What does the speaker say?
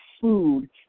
food